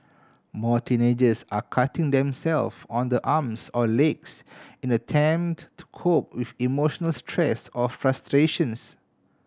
more teenagers are cutting them self on the arms or legs in an attempt to cope with emotional stress or frustrations